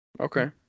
Okay